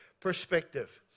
perspective